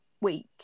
week